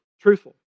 truthful